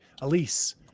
Elise